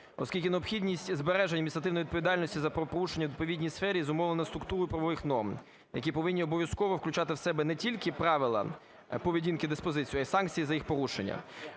оскільки необхідність збереження адміністративної відповідальності за правопорушення у відповідній сфері зумовлено структурою правових норм, які повинні обов'язково включати в себе не тільки правила поведінки, диспозицію, а і санкції за їх порушення.